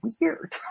weird